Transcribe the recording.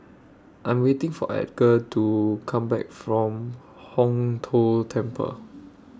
I Am waiting For Edgar to Come Back from Hong Tho Temple